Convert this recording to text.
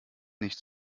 nicht